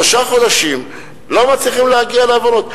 שלושה חודשים לא מצליחים להגיע להבנות.